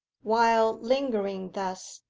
while lingering thus,